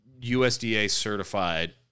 USDA-certified